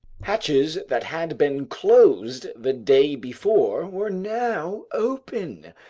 hatches that had been closed the day before were now open.